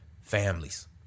Families